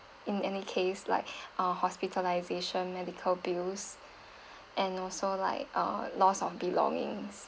in any case like uh hospitalisation medical bills and also like uh loss of belongings